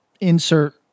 insert